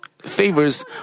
favors